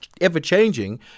ever-changing